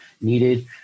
needed